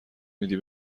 میدی